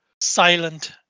silent